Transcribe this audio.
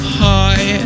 high